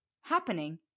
happening